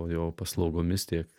jo paslaugomis tiek